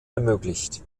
ermöglicht